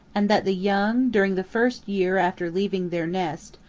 and that the young during the first year after leaving their nest,